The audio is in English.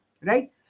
Right